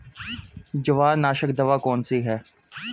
जवार नाशक दवा कौन सी है?